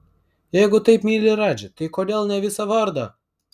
jeigu taip myli radžį tai kodėl ne visą vardą